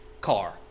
car